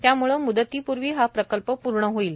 त्यामुळे मुदतीपूर्वी हा प्रकल्प पूर्ण होईल